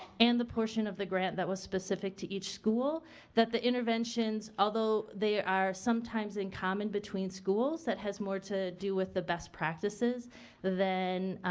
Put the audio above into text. and the portion of the grant that was specific to each school that the interventions, although they are sometimes in common between schools that has more to do with the best practices than